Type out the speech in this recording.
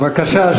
בבקשה.